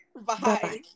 Bye